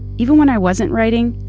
even when i wasn't writing,